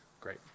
Great